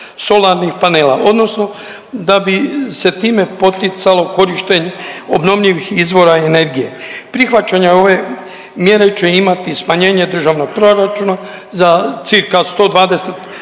solarnih panela odnosno da bi se time poticalo korištenje obnovljivih izvora energije. Prihvaćanje ove mjere će imati smanjenje državnog proračuna za cca. 120